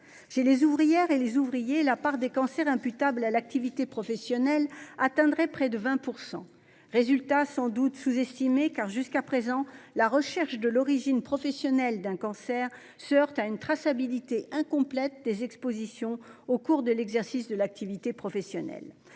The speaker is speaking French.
Chez les ouvrières et les ouvriers, la part des cancers imputables à l'activité professionnelle atteindrait près de 20 %. Ce résultat est sans doute sous-estimé, car, jusqu'à présent, la recherche de l'origine professionnelle d'un cancer se heurte à une traçabilité incomplète des expositions au cours de l'exercice de l'activité professionnelle.